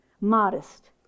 modest